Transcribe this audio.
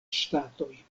ŝtatoj